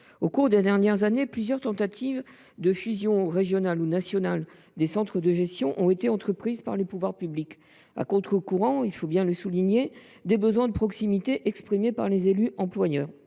Au cours des dernières années, plusieurs tentatives de fusion régionale ou nationale des centres de gestion ont été entreprises par les pouvoirs publics, à contre courant, il faut le souligner, des besoins de proximité exprimés par les élus employeurs.